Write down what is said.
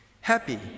happy